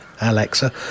Alexa